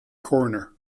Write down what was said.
coroner